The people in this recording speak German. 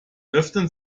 öffnen